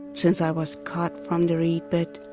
since i was cut from the reed bed,